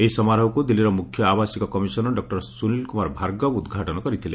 ଏହି ସମାରୋହକୁ ଦିଲ୍ଲୀର ମୁଖ୍ୟ ଆବାସିକ କମିଶନର ଡ ସୁନୀଲ କୁମାର ଭାର୍ଗବ ଉଦ୍ଘାଟନ କରିଥିଲେ